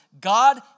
God